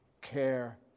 care